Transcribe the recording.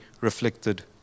reflected